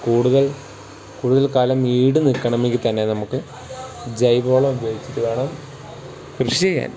കൂടുതൽ കൂടുതൽ കാലം ഈടുനിൽക്കണമെങ്കിൽത്തന്നെ നമുക്ക് ജൈവവളം ഉപയോഗിച്ചിട്ടുവേണം കൃഷി ചെയ്യാൻ